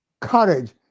courage